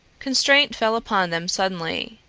constraint fell upon them suddenly.